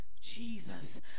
Jesus